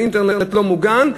ואינטרנט לא מוגן.